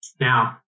Now